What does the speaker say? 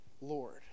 Lord